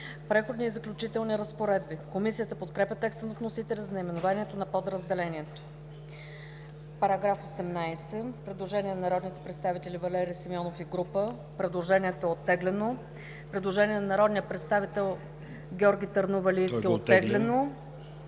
„Преходни и заключителни разпоредби“. Комисията подкрепя текста на вносителя за наименованието на подразделението. По § 18 има предложение на народните представители Валери Симеонов и група, което е оттеглено. Има предложение на народния представител Георги Търновалийски, което